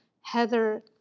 Heather